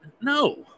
No